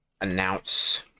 announce